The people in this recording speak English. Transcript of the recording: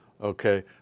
okay